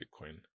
Bitcoin